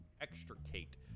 extricate